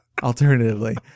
alternatively